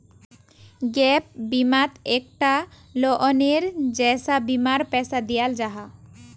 gap बिमात एक टा लोअनेर जैसा बीमार पैसा दियाल जाहा